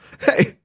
Hey